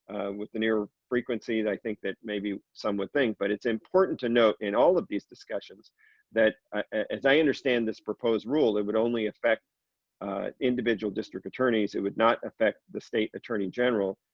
with the near frequencies. i think that maybe some one thing, but it's important to note in all of these discussions that as i understand this proposed rule, it would only affect individual district attorneys, it would not affect the state attorney general.